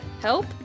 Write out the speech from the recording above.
help